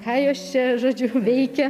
ką jos čia žodžiu veikia